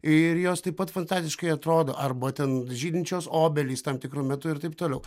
ir jos taip pat fantastiškai atrodo arba ten žydinčios obelys tam tikru metu ir taip toliau